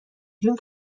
جون